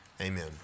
Amen